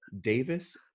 Davis